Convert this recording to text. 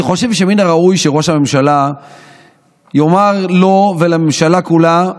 אבל אני חושב שמן הראוי שראש הממשלה יאמר לו ולממשלה כולה,